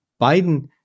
Biden